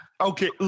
okay